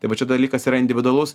tai va čia dalykas yra individualus